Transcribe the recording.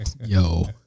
Yo